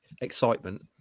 excitement